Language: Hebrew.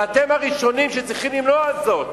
ואתם הראשונים שצריכים למנוע זאת.